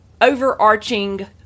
overarching